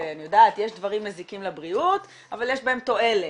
יש דברים שמזיקים לבריאות אבל יש בהם תועלת.